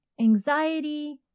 anxiety